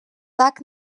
так